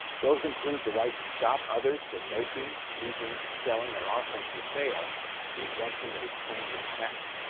those include the right to stop others from making, using, selling, or offering for sale the invention that is claimed in the patent.